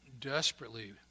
desperately